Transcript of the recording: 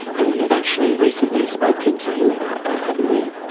and you've actually recently spoken to him about that, haven't you.